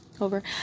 over